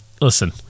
listen